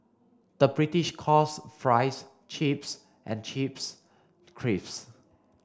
the British calls fries chips and chips crisps